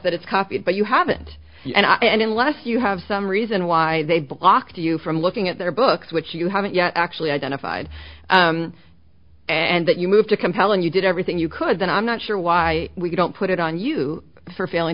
that it's copied but you haven't and i and unless you have some reason why they blocked you from looking at their books which you haven't yet actually identified and that you move to compelling you did everything you could then i'm not sure why we don't put it on you for failing